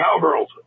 cowgirls